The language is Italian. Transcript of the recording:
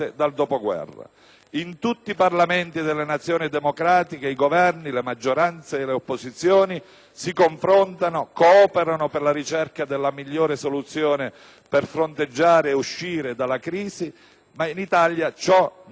In tutti i Parlamenti delle Nazioni democratiche, i Governi, le maggioranze e le opposizioni si confrontano, cooperano per la ricerca della migliore soluzione per fronteggiare e uscire dalla crisi. In Italia, invece, ciò non è possibile.